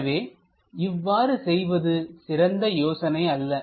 எனவே இவ்வாறு செய்வது சிறந்த யோசனை அல்ல